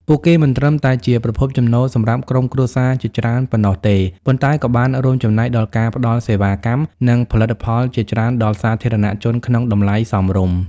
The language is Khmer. ពួកគេមិនត្រឹមតែជាប្រភពចំណូលសម្រាប់ក្រុមគ្រួសារជាច្រើនប៉ុណ្ណោះទេ ប៉ុន្តែក៏បានរួមចំណែកដល់ការផ្តល់សេវាកម្ម និងផលិតផលជាច្រើនដល់សាធារណជនក្នុងតម្លៃសមរម្យ ។